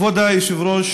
כבוד היושב-ראש,